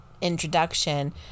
introduction